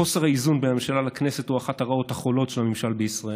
חוסר האיזון בין הממשלה לכנסת הוא אחת הרעות החלות של הממשל בישראל.